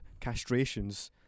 castrations